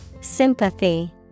Sympathy